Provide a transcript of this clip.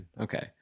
okay